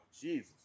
Jesus